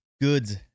Goods